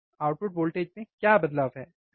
output voltage में क्या बदलाव है है ना